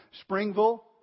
Springville